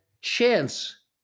chance